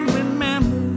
remember